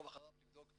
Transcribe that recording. נעביר פירוט מסודר,